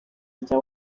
rya